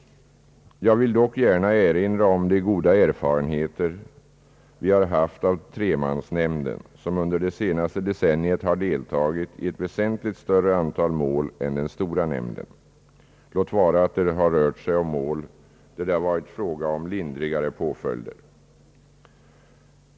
Men jag vill gärna erinra om de goda erfarenheter vi har haft av tremansnämnden, som under det senaste decenniet har deltagit i ett väsentligt större antal mål än den stora nämnden, låt vara att det har rört sig om mål där det har varit fråga om lindrigare påföljder.